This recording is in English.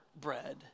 bread